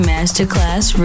Masterclass